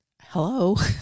hello